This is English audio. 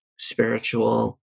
spiritual